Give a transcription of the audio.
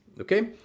okay